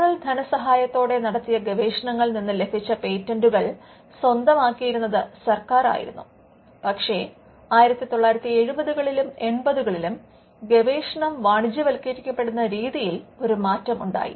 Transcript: federal ധനസഹായത്തോടെ നടത്തിയ ഗവേഷണങ്ങളിൽ നിന്ന് ലഭിച്ച പേറ്റന്റുകൾ സ്വന്തമാക്കിയിരുന്നത് സർക്കാരായിരുന്നു പക്ഷെ 1970 കളിലും 80 കളിലും ഗവേഷണം വാണിജ്യവത്കരിക്കപ്പെടുന്ന രീതിയിൽ ഒരു മാറ്റം ഉണ്ടായി